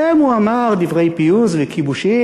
להם הוא אמר דברי פיוס וכיבושין.